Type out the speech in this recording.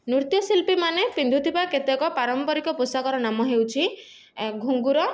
ନୃତ୍ୟଶିଳ୍ପୀ ମାନେ ପିନ୍ଧୁଥିବା କେତେକ ପାରମ୍ପାରିକ ପୋଷାକର ନାମ ହେଉଛି ଘୁଙ୍ଗୁର